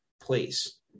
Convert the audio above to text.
place